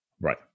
Right